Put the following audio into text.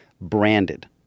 branded